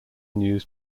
news